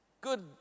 good